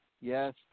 Yes